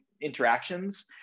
interactions